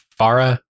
Farah